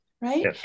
Right